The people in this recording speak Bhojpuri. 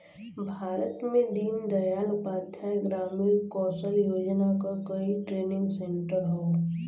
भारत में दीन दयाल उपाध्याय ग्रामीण कौशल योजना क कई ट्रेनिंग सेन्टर हौ